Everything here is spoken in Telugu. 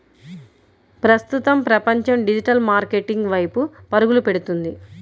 ప్రస్తుతం ప్రపంచం డిజిటల్ మార్కెటింగ్ వైపు పరుగులు పెడుతుంది